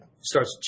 starts